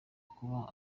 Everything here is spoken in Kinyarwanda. kuba